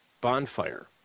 bonfire